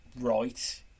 right